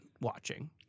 watching